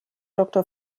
doktor